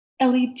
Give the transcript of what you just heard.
LED